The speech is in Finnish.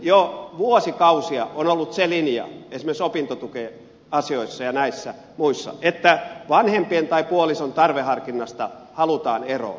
jo vuosikausia on ollut se linja esimerkiksi opintotukiasioissa ja näissä muissa että vanhempien tai puolison tarveharkinnasta halutaan eroon